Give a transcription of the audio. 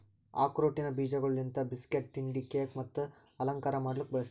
ಆಕ್ರೋಟಿನ ಬೀಜಗೊಳ್ ಲಿಂತ್ ಬಿಸ್ಕಟ್, ತಿಂಡಿ, ಕೇಕ್ ಮತ್ತ ಅಲಂಕಾರ ಮಾಡ್ಲುಕ್ ಬಳ್ಸತಾರ್